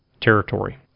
territory